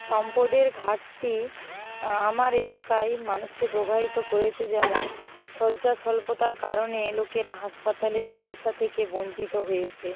সম্পদের ঘাটতি আমার এলাকায় মানুষকে প্রভাবিত করেছে যেমন শয্যা স্বল্পতার কারণে লোকেরা হাসপাতালে চিকিৎসা থেকে বঞ্চিত হয়েছে